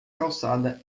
calçada